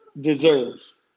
deserves